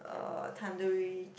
um tandoori